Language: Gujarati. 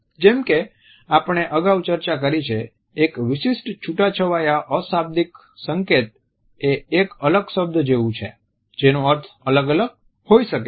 જેમ કે આપણે અગાઉ ચર્ચા કરી છે એક વિશિષ્ટ છૂટાછવાયા અશાબ્દિક સંકેત એ એક અલગ શબ્દ જેવું છે જેનો અર્થ અલગ અલગ હોઈ શકે છે